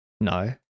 No